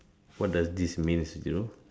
what does this means you know